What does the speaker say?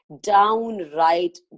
downright